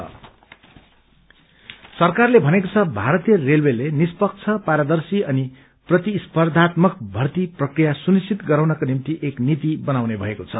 railway सरकारले भनेक्षे छ भारतीय रेलवेले निष्पक्ष पारदर्शी अनि प्रतिस्पर्धात्मक भर्ती प्रक्रिया सुनिश्वित गराउनका निम्ति एक नीति बनाउने भएक्षे छ